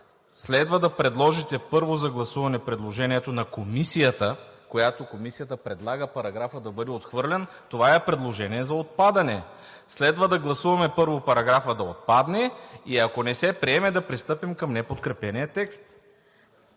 Следва да подложите първо на гласуване предложението на Комисията, която предлага параграфът да бъде отхвърлен. Това е предложение за отпадане. Следва да гласуваме първо параграфът да отпадне и ако не се приеме, да пристъпим към неподкрепения текст.